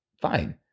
fine